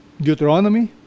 Deuteronomy